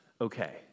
Okay